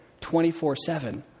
24-7